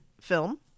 film